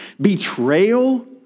betrayal